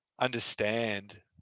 understand